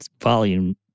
volume